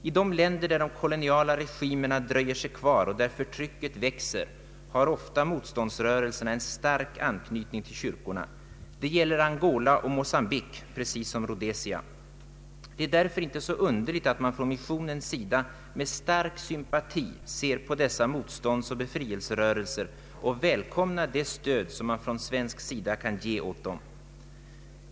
I de länder där de koloniala regimerna dröjer sig kvar och där förtrycket växer har ofta motståndsrörelserna en stark anknytning till kyrkorna. Det gäller Angola och Mocambique precis som Rhodesia. Det är därför inte så underligt att man från missionens sida med stark sympati ser på dessa motståndsoch befrielserörelser och välkomnar det stöd som man från svensk sida kan ge åt dem.